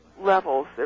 Levels